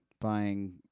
buying